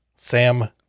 Sam